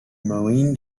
marine